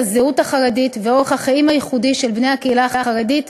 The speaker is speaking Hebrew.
הזהות החרדית ואת אורח החיים הייחודי של בני הקהילה החרדית,